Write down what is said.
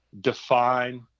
define